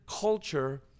culture